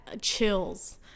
chills